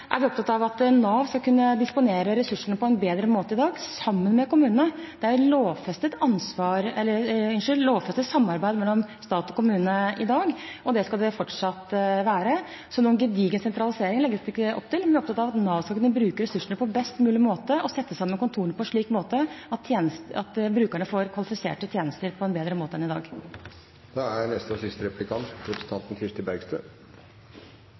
er vi opptatt av at Nav skal kunne disponere ressursene på en bedre måte sammen med kommunene. Det er lovfestet samarbeid mellom stat og kommune i dag, og det skal det fortsatt være. Så noen «gedigen sentralisering» legges det ikke opp til, men vi er opptatt av at Nav skal kunne bruke ressursene på best mulig måte og sette sammen kontorene slik at brukerne får kvalifiserte tjenester på en bedre måte enn i dag. Vi er